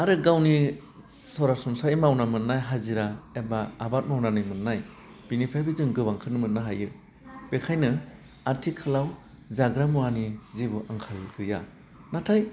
आरो गावनि सरासनस्रायै मावना मोनाय हाजिरा एबा आबाद मावनानै मोननाय बिनिफ्राइबो जों गोबांखोनो मोननो हायो बेखायनो आथिखालाव जाग्रा मुवानि जेबो आंखाल गैया नाथाय